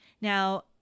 Now